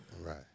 Right